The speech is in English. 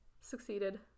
succeeded